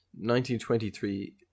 1923